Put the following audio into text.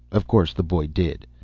of course the boy did.